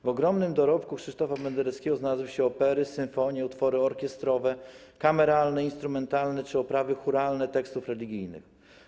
W ogromnym dorobku Krzysztofa Pendereckiego znalazły się opery, symfonie, utwory orkiestrowe, kameralne, instrumentalne czy oprawy chóralne tekstów religijnych.